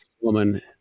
woman